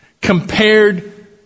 compared